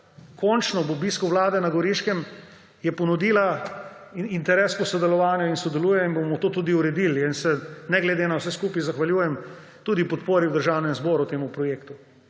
Končno ob obisku vlade na Goriškem je ponudila in interes po sodelovanju in sodeluje in bomo to tudi uredili in se ne glede na vse skupaj zahvaljujem tudi podpori v Državnem zboru temu projektu.